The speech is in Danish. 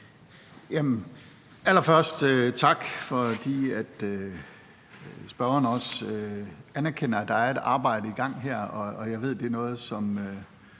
Allerførst tak for, at spørgeren også anerkender, at der er et arbejde i gang her, og jeg ved, at det er noget, som